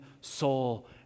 soul